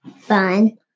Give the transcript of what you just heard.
Fun